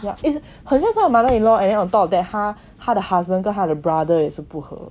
is 很像是他 mother in law and then on top of that 他他的 husband 跟他的 brother 也是不合